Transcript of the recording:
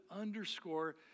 underscore